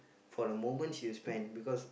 for the moments you spend because